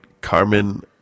Carmen